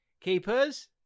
keepers